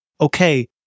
okay